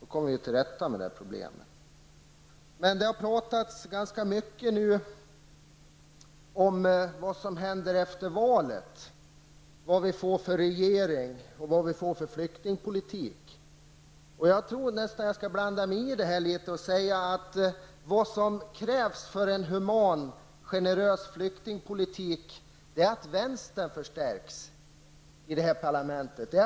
Då kommer vi till rätta med det problemet. Det har pratats ganska mycket om vad som händer efter valet, vad vi får för regering och vad vi får för flyktingpolitik. Jag tror att jag skall blanda mig i den diskussionen litet och säga att vad som krävs för en human och generös flyktingpolitik är att vänstern förstärks i parlamentet.